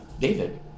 David